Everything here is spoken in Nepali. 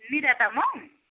मिरा तामाङ